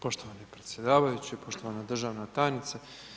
Poštovani predsjedavajući, poštovana državna tajnice.